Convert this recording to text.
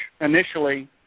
initially